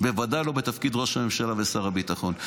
בוודאי לא בתפקיד ראש הממשלה ושר הביטחון.